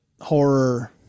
horror